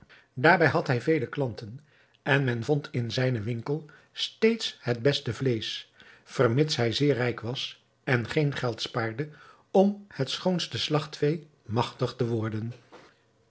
daarbij had hij vele klanten en men vond in zijnen winkel steeds het beste vleesch vermits hij zeer rijk was en geen geld spaarde om het schoonste slagtvee magtig te worden